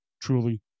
truly